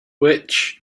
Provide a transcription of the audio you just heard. which